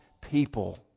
people